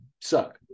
suck